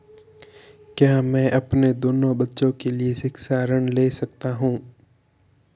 क्या मैं अपने दोनों बच्चों के लिए शिक्षा ऋण ले सकता हूँ?